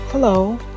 Hello